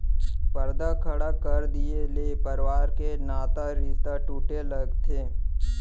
परदा खड़ा कर दिये ले परवार के नता रिस्ता टूटे लगथे